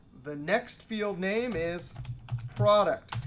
the next field name is product.